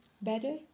better